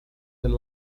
nel